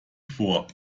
vor